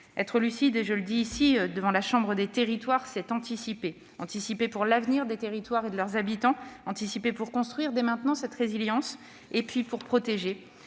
Être lucide, je le dis ici, devant la chambre des territoires, c'est anticiper : anticiper pour l'avenir des territoires et de leurs habitants, anticiper pour construire dès maintenant cette résilience et anticiper pour protéger.